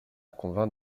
convainc